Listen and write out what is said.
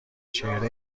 چهره